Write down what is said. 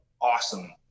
awesome